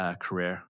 career